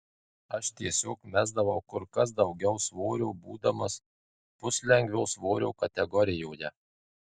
aš tiesiog mesdavau kur kas daugiau svorio būdamas puslengvio svorio kategorijoje